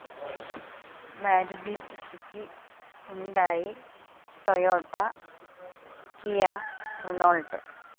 Maruti Suzuki Hyundai Toyota Kia Renault